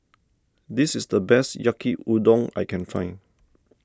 this is the best Yaki Udon that I can find